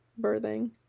birthing